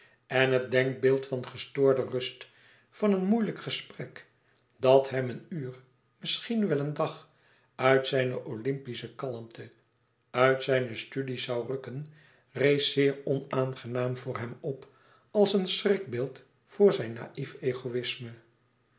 en het denkbeeld van gestoorde rust van een moeilijk gesprek dat hem een uur misschien wel een dag uit zijne olympische kalmte uit zijne studies zoû rukken rees zeer onaangenaam voor hem op als een schrikbeeld voor zijn naïf